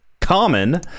common